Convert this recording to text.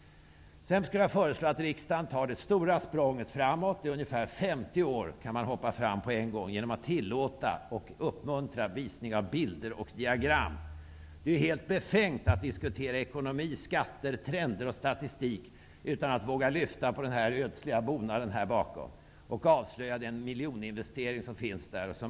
Jag skulle vilja föreslå att riksdagen tar det stora språnget -- ungefär 50 år kan man hoppa på en gång -- och tillåta och uppmuntra visning av bilder och diagram. Det är ju helt befängt att diskutera ekonomi, skatter, trender och statistik utan att våga lyfta på den ödsliga bonaden här bakom och avslöja den miljoninvestering som finns där.